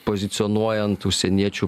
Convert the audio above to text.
pozicionuojant užsieniečių